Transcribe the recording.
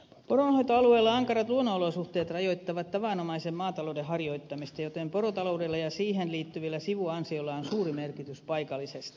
poronhoitoalueella ankarat luonnonolosuhteet rajoittavat tavanomaisen maatalouden harjoittamista joten porotaloudelle ja siihen liittyvillä sivuansioilla on suuri merkitys paikallisesti